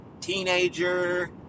teenager